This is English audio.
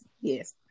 yes